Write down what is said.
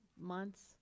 months